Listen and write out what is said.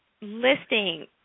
listing